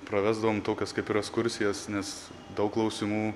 pravesdavom tokias kaip ir ekskursijas nes daug klausimų